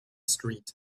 street